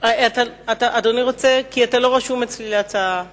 אתה לא רשום אצלי להצעה אחרת.